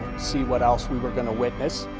see what else we were going to witness.